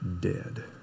dead